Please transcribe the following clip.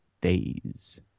days